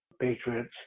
Patriots